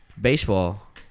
baseball